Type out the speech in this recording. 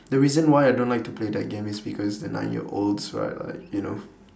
the reason why I don't like to play that game is because the nine year olds right are you know